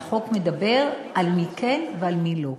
והחוק מדבר על מי כן ועל מי לא.